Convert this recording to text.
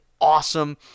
awesome